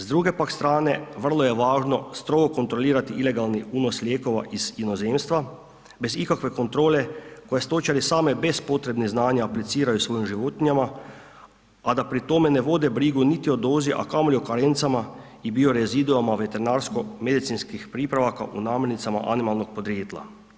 S druge pak strane vrlo je važno strogo kontrolirati ilegalni unos lijekova iz inozemstva, bez ikakve kontrole koje stočari same bez potrebnih znanja apliciraju svojim životinjama, a da pri tome ne vode brigu niti o dozi, a kamoli o karencama i …/nerazumljivo/… veterinarsko-medicinskih pripravaka u namirnicama animalnog podrijetla.